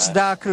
בחתונות ובטקסים